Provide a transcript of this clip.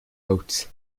out